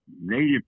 native